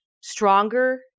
stronger